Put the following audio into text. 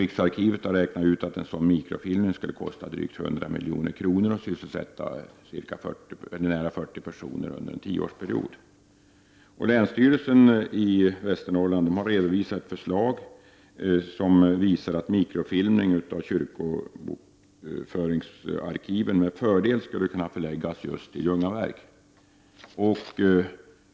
Riksarkivet har räknat ut att en sådan mikrofilmning skulle kosta drygt 100 milj.kr. och sysselsätta nära 40 personer under en tioårsperiod. Länsstyrelsen har redovisat ett förslag som visar att mikrofilmning av kyrkobokföringsarkiven med fördel skulle kunna förläggas just till Ljungaverk.